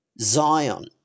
Zion